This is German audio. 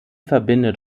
verbindet